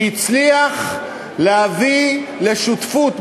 שהצליח להביא לשותפות,